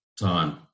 time